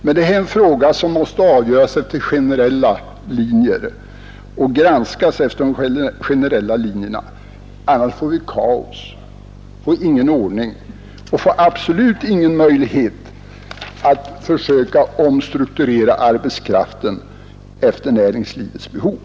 Detta är frågor som måste granskas och avgöras efter generella linjer, annars får vi kaos och absolut ingen möjlighet att försöka omstrukturera arbetskraften efter näringslivets behov.